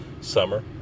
summer